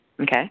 Okay